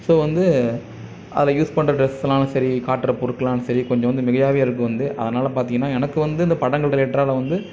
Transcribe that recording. so வந்து அதில் use பண்ணுற டிரெஸ்னாலும் சரி காட்டுற பொருட்கள்னாலும் சரி கொஞ்சம் வந்து மிகையாகவே இருக்கும் வந்து அதனால் பார்த்திங்கன்னா எனக்கு வந்து இந்த படங்கள் ரிலேடெட்டாவில வந்து